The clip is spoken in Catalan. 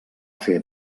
fer